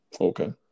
Okay